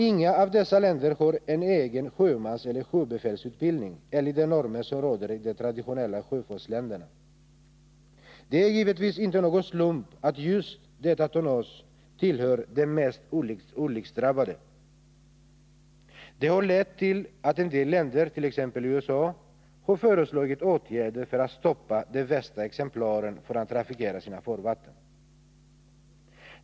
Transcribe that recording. Inga av dessa länder har en egen sjömanseller sjöbefälsutbildning enligt de normer som råder i de traditionella sjöfartsländerna. Det är givetvis inte någon slump att just detta tonnage tillhör det mest olycksdrabbade. Det har lett till att en del länder, t.ex. USA, har föreslagit åtgärder för att hindra de värsta exemplaren från att trafikera deras farvatten.